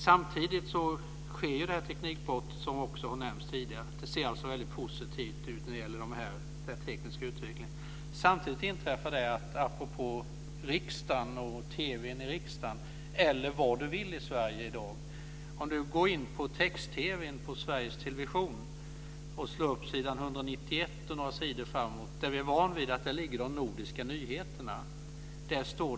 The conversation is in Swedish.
Samtidigt sker det teknikbrott, som också har nämnts tidigare. Det ser alltså väldigt positiv ut när det gäller den tekniska utvecklingen. Apropå riksdagen och TV:n i riksdagen kan man gå in på Sveriges Televisions text-TV och slå upp s. 191 och några sidor framåt. Vi är vana vid att de nordiska nyheterna ligger där.